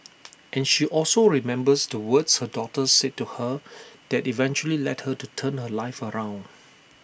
and she also remembers the words her daughter said to her that eventually led her to turn her life around